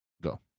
go